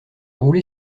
roulé